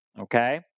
okay